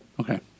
okay